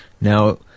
Now